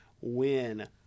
win